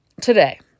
today